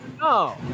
No